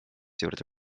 juurde